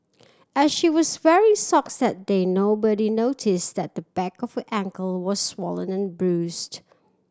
as she was wearing socks that day nobody noticed that the back of her ankle was swollen and bruised